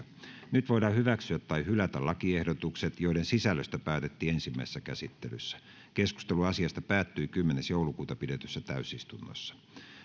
nyt voidaan hyväksyä tai hylätä lakiehdotukset joiden sisällöstä päätettiin ensimmäisessä käsittelyssä keskustelu asiasta päättyi kymmenes kahdettatoista kaksituhattayhdeksäntoista pidetyssä täysistunnossa